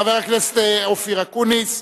חבר הכנסת אופיר אקוניס,